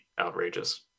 outrageous